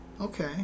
Okay